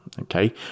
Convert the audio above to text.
Okay